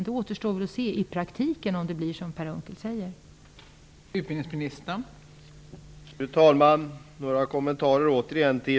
Det återstår väl att se om det blir som Per Unckel säger i praktiken.